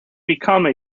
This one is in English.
become